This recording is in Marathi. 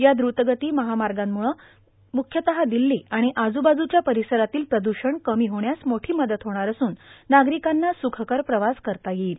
या द्रतगती महामार्गामुळं मुख्यतः दिल्ली आणि आजूबाजूच्या परिसरातील प्रदूषण कमी होण्यास मोठी मदत होणार असून नागरिकांना सुखकर प्रवास करता येईल